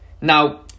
Now